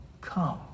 come